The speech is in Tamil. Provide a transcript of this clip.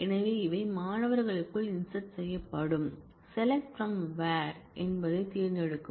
எனவே இவை மாணவர்களுக்குள் இன்சர்ட் செய்யப்படும் SELECT FROM WHEREசெலக்ட் பிரம் வேர் என்பதைத் தேர்ந்தெடுக்கவும்